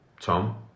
Tom